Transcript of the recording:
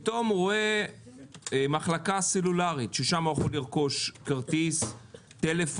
פתאום הוא רואה מחלקה סלולרית שבה הוא יכול לרכוש כרטיס טלפון.